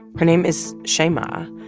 her name is shaima,